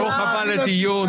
ברוך הבא לדיון.